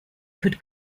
could